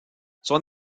son